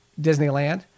Disneyland